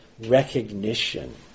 recognition